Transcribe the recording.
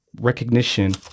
Recognition